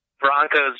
Broncos